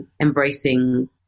embracing